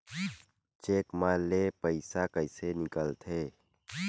Cheque म ले पईसा कइसे निकलथे?